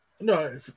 No